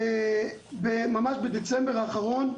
ממש בדצמבר האחרון.